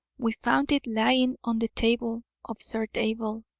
we found it lying on the table, observed abel,